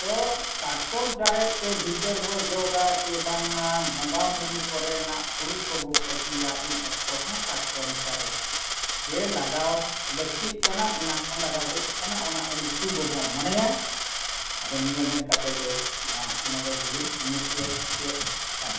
ᱛᱚ ᱠᱟᱴᱠᱚᱢ ᱪᱟᱨᱮᱡ ᱛᱮ ᱵᱷᱤᱛᱟᱹᱨ ᱵᱚᱱ ᱡᱚᱜᱟ ᱡᱮ ᱵᱟᱝᱢᱟ ᱵᱚᱸᱜᱟ ᱵᱩᱨᱩ ᱠᱚᱨᱮᱱᱟᱜ ᱦᱩᱲᱩ ᱠᱚᱵᱚ ᱯᱟᱹᱴᱤᱭᱟ ᱩᱱ ᱚᱠᱛᱚ ᱦᱚᱸ ᱠᱟᱴᱠᱚᱢ ᱪᱟᱨᱮᱡ ᱜᱮ ᱞᱟᱜᱟᱣ ᱞᱟᱹᱠᱛᱤᱜ ᱠᱟᱱᱟ ᱮᱱᱟᱱ ᱠᱷᱚᱱ ᱞᱟᱜᱟᱣ ᱦᱮᱡ ᱟᱠᱟᱱᱟ ᱚᱱᱟ ᱟᱹᱰᱤ ᱥᱩᱵᱷᱚ ᱵᱚᱱ ᱢᱚᱱᱮᱭᱟ ᱟᱫᱚ ᱱᱤᱭᱟᱹ ᱢᱮᱱ ᱠᱟᱛᱮᱫ ᱜᱮ ᱢᱟ ᱱᱚᱰᱮ ᱫᱩᱞᱤᱧ ᱢᱩᱪᱟᱹᱫ ᱠᱮᱫ ᱠᱟᱱᱟ